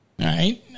right